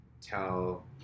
tell